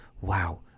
Wow